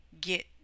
get